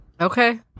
Okay